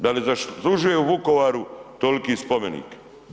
Da li zaslužuje u Vukovaru toliki spomenik?